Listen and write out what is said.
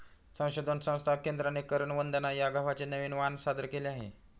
संशोधन संस्था केंद्राने करण वंदना या गव्हाचे नवीन वाण सादर केले आहे